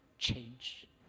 change